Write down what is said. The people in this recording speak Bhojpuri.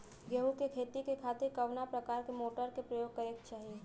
गेहूँ के खेती के खातिर कवना प्रकार के मोटर के प्रयोग करे के चाही?